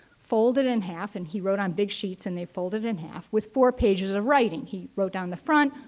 folded in half, and he wrote on big sheets, and they fold it in half, with four pages of writing. he wrote on the front,